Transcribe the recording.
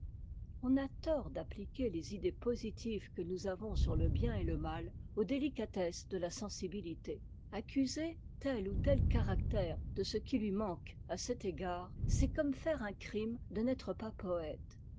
on a tort d'appliquer les idées positives que nous avons sur le bien et le mal aux délicatesses de la sensibilité accuser tel ou tel caractère de ce qui lui manque à cet égard c'est comme faire un crime de n'être pas poëte